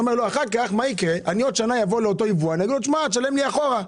אתה אומר שבעוד שנה אתה תבוא לאותו בואן ותגיד לו שישלם לך אחורה.